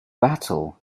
battle